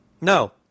No